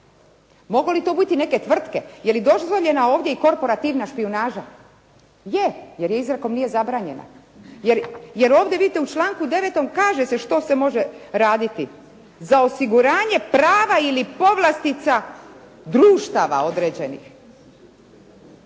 mogu li to biti neke tvrtke, je li dozvoljena ovdje i korporativna špijunaža? Je, jer izrijekom nije zabranjena. Jer ovdje vidite, u članku 9. kaže se što se može raditi. Za osiguranje prava ili povlastica društava određenih.